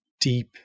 deep